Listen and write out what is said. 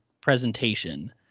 presentation